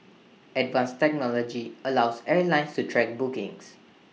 advanced technology allows airlines to track bookings